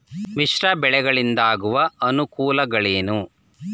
ಮಿಶ್ರ ಬೆಳೆಗಳಿಂದಾಗುವ ಅನುಕೂಲಗಳೇನು?